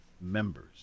members